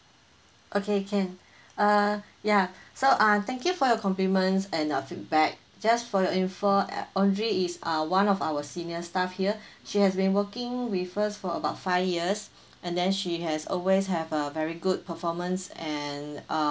okay can ah yeah so uh thank you for your compliments and a feedback just for your info err audrey is uh one of our senior staff here she has been working with us for about five years and then she has always have a very good performance and uh